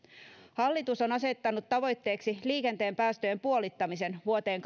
hallitus on asettanut tavoitteeksi liikenteen päästöjen puolittamisen vuoteen